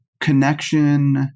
connection